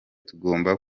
tugomba